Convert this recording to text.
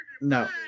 No